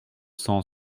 cent